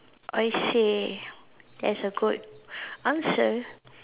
aiseh that's a good answer